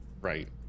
Right